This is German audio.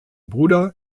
bruder